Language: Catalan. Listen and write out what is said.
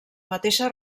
mateixa